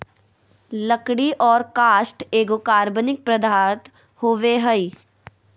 लकड़ी और काष्ठ एगो कार्बनिक पदार्थ होबय हइ